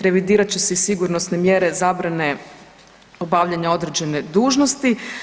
Revidirat će se i sigurnosne mjere zabrane obavljanja određene dužnosti.